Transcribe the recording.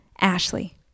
Ashley